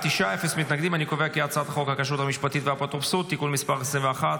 חוק הכשרות המשפטית והאפוטרופסות (תיקון מס' 21),